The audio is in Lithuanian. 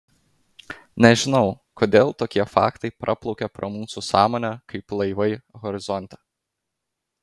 nežinau kodėl tokie faktai praplaukia pro mūsų sąmonę kaip laivai horizonte